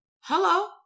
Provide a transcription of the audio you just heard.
Hello